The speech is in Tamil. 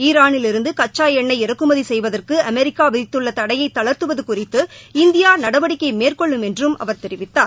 ஈரானிலிருந்து கச்சா எண்ணெய் இறக்குமதி செய்வதற்கு அமெரிக்கா விதித்துள்ள தடையை தளர்த்துவது குறித்து இந்தியா நடவடிக்கை மேற்கொள்ளும் என்றும் அவர் தெரிவித்தார்